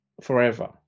forever